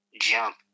Jump